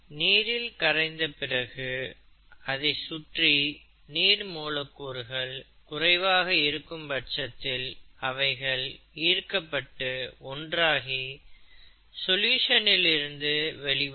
நீரில் கரைந்த பிறகு அதை சுற்றி நீர் மூலக்கூறுகள் குறைவாக இருக்கும் பட்சத்தில் அவைகள் ஈர்க்கப்பட்டு ஒன்றாகி சொல்யூஷன் இல் இருந்து வெளிவரும்